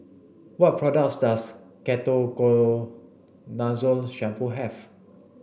what products does Ketoconazole shampoo have